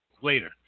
later